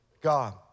God